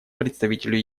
представителю